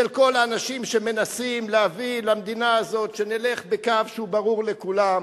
של כל האנשים שמנסים להביא למדינה הזאת שנלך בקו שהוא ברור לכולם?